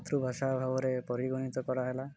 ମାତୃଭାଷା ଭାବରେ ପରିଗଣିତ କରାହେଲା